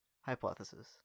hypothesis